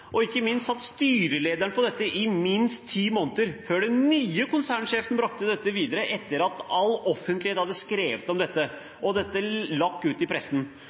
og ikke minst satt styrelederen på disse opplysningene i minst ti måneder før den nye konsernsjefen brakte dette videre, etter at all offentlighet hadde skrevet om dette, og lagt dette ut i pressen.